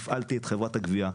הפעלתי את חברת הגבייה.